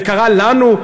זה קרה לנו.